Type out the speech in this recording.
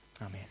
Amen